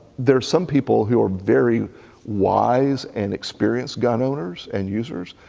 there are some people who are very wise and experienced gun owners and users.